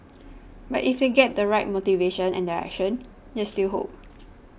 but if they get the right motivation and direction there's still hope